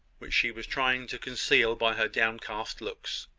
which she was trying to conceal by her downcast looks!